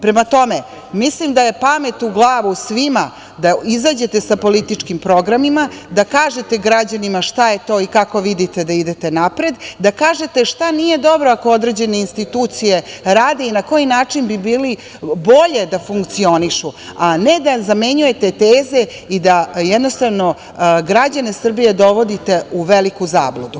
Prema tome, mislim da je pamet u glavu svima da izađete sa političkim programima, da kažete građanima šta je to i kako vidite da idete napred, da kažete šta nije dobro ako određene institucije rade i na koji način bi bilo bolje da funkcionišu, a ne da zamenjujete teze i da građane Srbije dovodite u veliku zabludu.